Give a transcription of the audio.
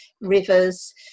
rivers